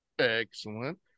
Excellent